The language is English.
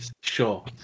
Sure